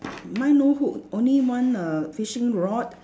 mine no hook only one err fishing rod